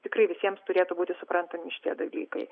tikrai visiems turėtų būti suprantami šitie dalykai